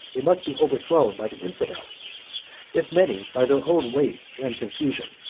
they must be overthrown by the infidels if many, by their own weight and confusion.